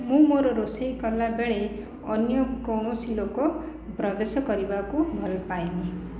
ମୁଁ ମୋର ରୋଷେଇ କଲାବେଳେ ଅନ୍ୟ କୌଣସି ଲୋକ ପ୍ରବେଶ କରିବାକୁ ଭଲ ପାଏନି